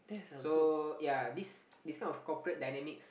so ya this this kind of corporate dynamics